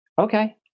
Okay